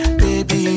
baby